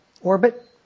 orbit